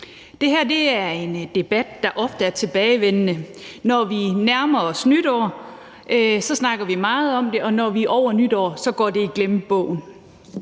Det her er en debat, der ofte er tilbagevendende. Når vi nærmer os nytår, snakker vi meget om det, og når vi er ovre nytår, går det i glemmebogen.